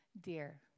dear